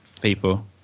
people